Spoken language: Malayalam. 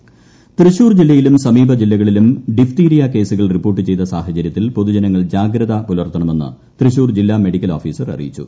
ഡിഫ്ത്തീരിയ തൃശൂർ ജില്ലയിലും സമീപ ജില്ലകളിലും ഡിഫ്ത്തീരിയ കേസുകൾ റിപ്പോർട്ട് ചെയ്ത സാഹചര്യത്തിൽ പൊതുജനങ്ങൾ ജാഗ്രത പുലർത്തണമെന്ന് തൃശൂർ ജില്ലാ മെഡിക്കൽ ഓഫീസർ അറിയിച്ചു